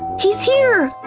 he's here!